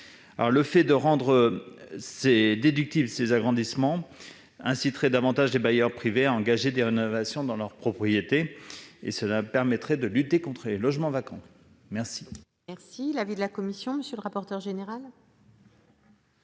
Le fait de rendre déductibles ces agrandissements inciterait davantage les bailleurs privés à engager des rénovations dans leurs propriétés, ce qui permettrait de lutter contre les logements vacants. Quel